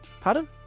Pardon